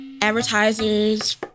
advertisers